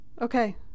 okay